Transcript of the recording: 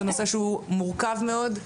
זה נושא שהוא מורכב מאוד,